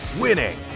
winning